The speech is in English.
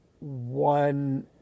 one